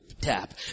tap